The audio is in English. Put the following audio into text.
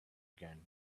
again